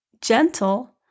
gentle